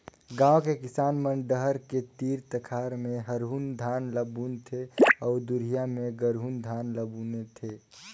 गांव के किसान मन डहर के तीर तखार में हरहून धान ल बुन थें अउ दूरिहा में गरहून धान ल बून थे